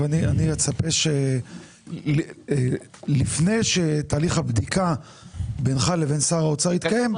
אני אצפה שלפני שתהליך הבדיקה בינך לבין שר האוצר יתקיים,